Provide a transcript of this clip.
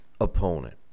opponent